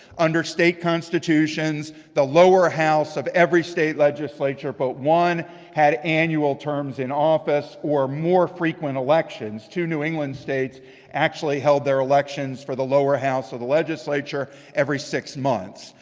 under state constitutions the lower house of every state legislature but one had annual terms in office, or more frequent elections. two new england states actually held their elections for the lower house of the legislature every six months.